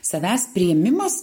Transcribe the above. savęs priėmimas